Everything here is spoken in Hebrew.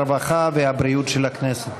הרווחה והבריאות של הכנסת.